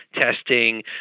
testing